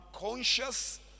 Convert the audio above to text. conscious